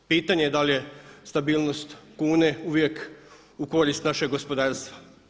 Pitanje je da li je stabilnost kune uvijek u korist našeg gospodarstva.